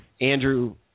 Andrew